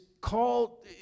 called